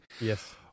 Yes